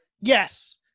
yes